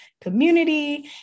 community